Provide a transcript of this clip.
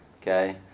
okay